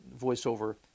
VoiceOver